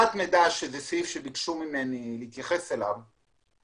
אבטחת מידע, סעיף שביקשו ממני להתייחס אליו.